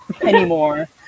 anymore